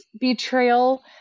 betrayal